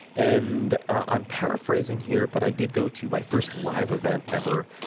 and i'm paraphrasing here, but i did go to my first live event ever,